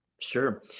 Sure